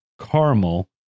Caramel